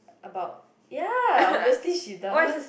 about ya obviously she does